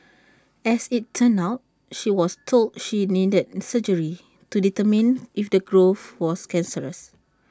as IT turned out she was told she needed surgery to determine if the growth was cancerous